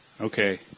okay